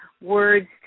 words